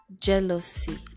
jealousy